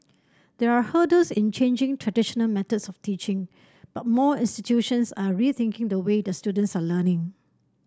there are hurdles in changing traditional methods of teaching but more institutions are rethinking the way their students are learning